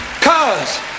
Cause